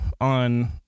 on